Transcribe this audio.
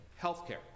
healthcare